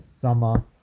summer